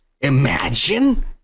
Imagine